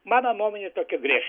mano nuomone tokia griežta